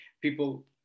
people